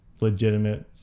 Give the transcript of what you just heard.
legitimate